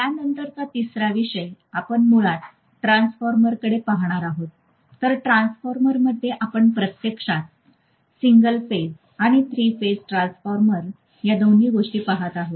यानंतरचा तिसरा विषय आपण मुळात ट्रान्सफॉर्मर्सकडे पाहणार आहोत तर ट्रान्सफॉर्मर्समध्ये आपण प्रत्यक्षात सिंगल फेज आणि थ्री फेज ट्रान्सफॉर्मर या दोन्ही गोष्टी पाहत आहोत